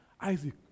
isaac